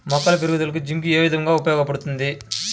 మొక్కల పెరుగుదలకు జింక్ ఏ విధముగా ఉపయోగపడుతుంది?